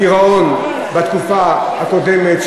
הגירעון בתקופה הקודמת,